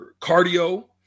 cardio